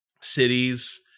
Cities